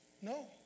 No